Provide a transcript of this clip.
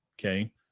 Okay